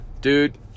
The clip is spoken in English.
Dude